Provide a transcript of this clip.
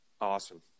awesome